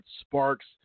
sparks